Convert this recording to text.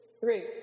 three